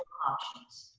options,